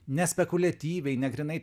ne spekuliatyviai ne grynai